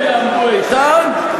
הם יעמדו איתן,